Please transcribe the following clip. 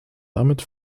damit